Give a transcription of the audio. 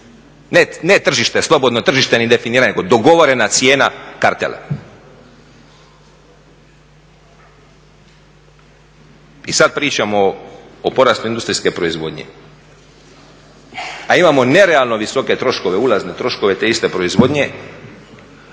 Ne tržište, slobodno tržište … nego dogovorena cijena kartela. I sad pričamo o porastu industrijske proizvodnje, a imamo nerealno visoke troškove, ulazne troškove te iste proizvodnje.